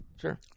Sure